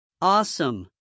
Awesome